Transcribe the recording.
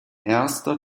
erster